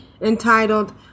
entitled